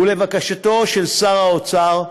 ולבקשתו של שר האוצר,